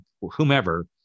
whomever